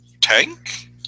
tank